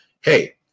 hey